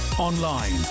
Online